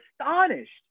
astonished